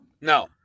No